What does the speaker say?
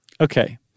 Okay